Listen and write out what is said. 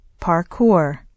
parkour